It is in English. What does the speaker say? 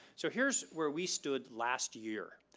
so here's where we stood last year,